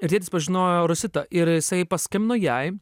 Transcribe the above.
ir tėtis pažinojo rositą ir jisai paskambino jai